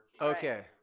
Okay